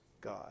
God